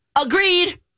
Agreed